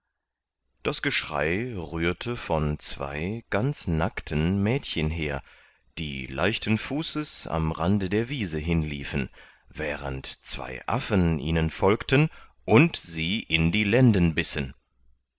das geschrei rührte von zwei ganz nackten mädchen her die leichten fußes am rande der wiese hinliefen während zwei affen ihnen folgten und sie in die lenden bissen